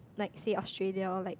like say Australia or like